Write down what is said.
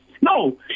No